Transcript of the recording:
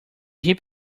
heap